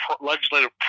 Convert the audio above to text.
legislative